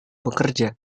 bekerja